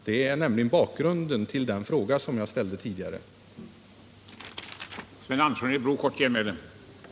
De är nämligen bakgrunden till den fråga som jag tidigare ställde.